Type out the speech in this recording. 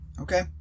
Okay